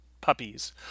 puppies